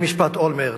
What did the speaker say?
לפני משפט אולמרט.